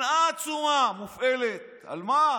שנאה עצומה מופעלת, על מה?